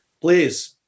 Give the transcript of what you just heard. Please